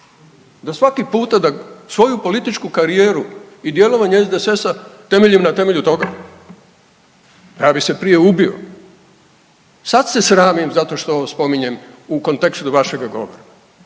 Da svaki puta da svoju političku karijeru i djelovanje SDSS-a temeljem na temelju toga. Ja bi se prije ubio. Sad se sramim zato što spominjem u kontekstu vašega govora